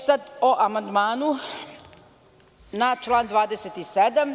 Sad o amandmanu na član 27.